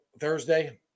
Thursday